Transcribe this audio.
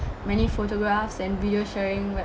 many photographs and video sharing web